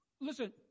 Listen